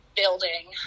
building